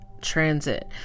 transit